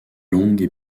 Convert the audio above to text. longue